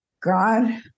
God